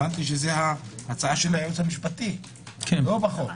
זה לא בחוק.